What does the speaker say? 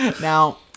now